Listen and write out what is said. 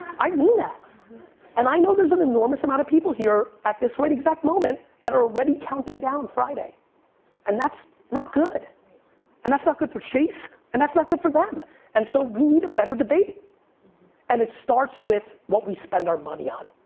i mean that and i know there's an enormous amount of people here, at this right exact moment that are already counting down friday and that's not good and that's not good for chase and that's not good for them and so we need a better debate and it starts with what we spend our money on.